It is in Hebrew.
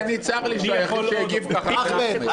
צר לי שהיחיד שהגיב ככה --- אחמד,